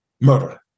murder